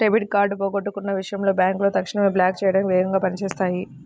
debit card పోగొట్టుకున్న విషయంలో బ్యేంకులు తక్షణమే బ్లాక్ చేయడానికి వేగంగా పని చేత్తాయి